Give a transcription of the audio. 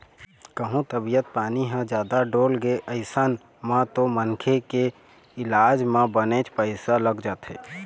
कहूँ तबीयत पानी ह जादा डोलगे अइसन म तो मनखे के इलाज म बनेच पइसा लग जाथे